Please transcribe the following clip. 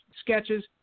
sketches